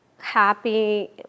happy